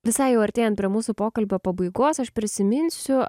visai jau artėjan prie mūsų pokalbio pabaigos aš prisiminsiu